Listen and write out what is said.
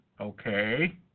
Okay